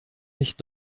nicht